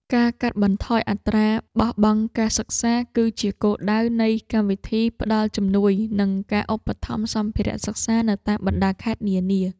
ការកាត់បន្ថយអត្រាបោះបង់ការសិក្សា គឺជាគោលដៅនៃកម្មវិធីផ្តល់ជំនួយនិងការឧបត្ថម្ភសម្ភារៈសិក្សានៅតាមបណ្តាខេត្តនានា។